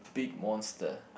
big monster